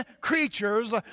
creatures